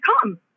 come